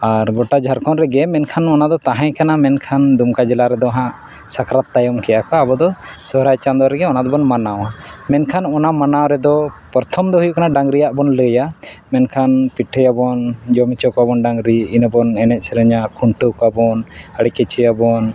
ᱟᱨ ᱜᱳᱴᱟ ᱡᱷᱟᱲᱠᱷᱚᱸᱰ ᱨᱮᱜᱮ ᱢᱮᱱᱠᱷᱟᱱ ᱚᱱᱟᱫᱚ ᱛᱟᱦᱮᱸ ᱠᱟᱱᱟ ᱢᱮᱱᱠᱷᱟᱱ ᱫᱩᱢᱠᱟ ᱡᱮᱞᱟ ᱨᱮᱫᱚ ᱦᱟᱸᱜ ᱥᱟᱠᱨᱟᱛ ᱛᱟᱭᱚᱢ ᱠᱮᱫ ᱟᱠᱚ ᱟᱵᱚ ᱫᱚ ᱥᱚᱦᱚᱨᱟᱭ ᱪᱟᱸᱫᱳ ᱨᱮᱜᱮ ᱚᱱᱟ ᱫᱚᱵᱚᱱ ᱢᱟᱱᱟᱣᱟ ᱢᱮᱱᱠᱷᱟᱱ ᱚᱱᱟ ᱢᱟᱱᱟᱣ ᱨᱮᱫᱚ ᱯᱨᱚᱛᱷᱚᱢ ᱫᱚ ᱦᱩᱭᱩᱜ ᱠᱟᱱᱟ ᱰᱟᱝᱨᱤᱭᱟᱜ ᱵᱚᱱ ᱞᱟᱹᱭᱟ ᱢᱮᱱᱠᱷᱟᱱ ᱯᱤᱴᱷᱟᱹᱭᱟᱵᱚᱱ ᱡᱚᱢ ᱦᱚᱪᱚ ᱠᱚᱣᱟᱵᱚᱱ ᱰᱟᱝᱨᱤ ᱤᱱᱟᱹ ᱵᱚᱱ ᱮᱱᱮᱡ ᱥᱮᱨᱮᱧᱟ ᱠᱷᱩᱱᱴᱟᱹᱣ ᱠᱚᱣᱟᱵᱚᱱ ᱟᱹᱰᱤ ᱠᱤᱪᱷᱩᱭᱟᱵᱚᱱ